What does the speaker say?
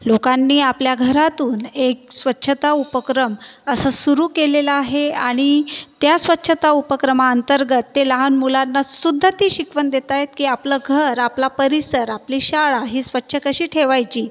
लोकांनी आपल्या घरातून एक स्वच्छता उपक्रम असं सुरु केलेला आहे आणि त्या स्वच्छता उपक्रमाअंतर्गत ते लहान मुलांना सुद्धा ती शिकवण देत आहेत की आपलं घर आपला परिसर आपली शाळा ही स्वच्छ कशी ठेवायची